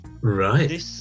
Right